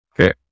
Okay